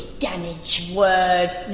damage. word.